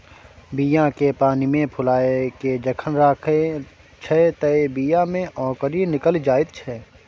बीया केँ पानिमे फुलाए केँ जखन राखै छै तए बीया मे औंकरी निकलि जाइत छै